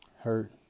hurt